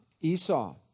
Esau